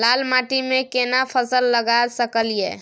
लाल माटी में केना फसल लगा सकलिए?